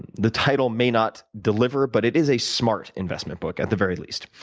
the title may not deliver but it is a smart investment book, at the very least.